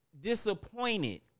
disappointed